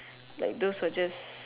like those who are just